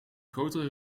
grotere